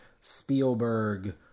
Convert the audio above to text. Spielberg